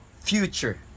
future